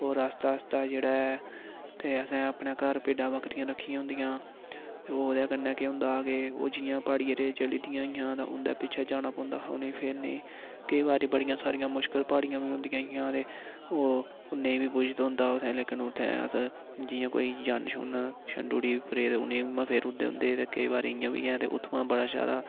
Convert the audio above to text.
होर आस्तै आस्तै जेह्ड़ा ऐ ते असें अपने घर भिड्डां बक्करियां रखी दियां होंदियां ओह्दे कन्नै केह् होंदा कि ओह् जि'यां प्हाड़ी एरिये च चली जंदियां हियां तां उं'दे पिच्छें जाना पौंदा हा उ'नें ई फेरने ई केईं बारी बड़ियां सारियां मुश्कल प्हाड़ियां कोई होंदियां हियां ते ओह् नेईं बी पुजन होंदा हा लेकिन उ'त्थें अस जि'यां कोई ज'न्न छंडी छंडु प्रेत उ'नें ई फेरू दे होंदे हे ते केईं बारी इ'यां बी ऐ ते उ'त्थुआं बड़ा शैल हा